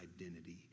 identity